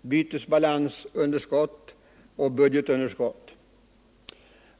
bytesbalansunderskott och budgetunderskott.